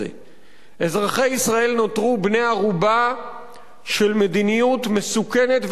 אזרחי ישראל נותרו בני ערובה של מדיניות מסוכנת והרפתקנית,